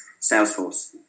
Salesforce